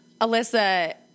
Alyssa